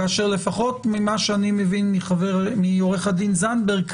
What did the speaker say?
כאשר לפחות מה שאני מבין מעורך הדין זנדברג,